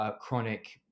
chronic